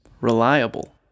reliable